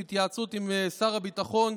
בהתייעצות עם שר הביטחון,